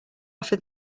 offer